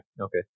okay